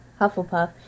Hufflepuff